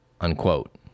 unquote